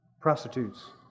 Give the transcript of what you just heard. prostitutes